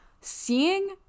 seeing